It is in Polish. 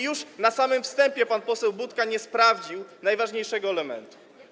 Już na samym wstępie pan poseł Budka nie sprawdził najważniejszego elementu.